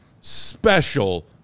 special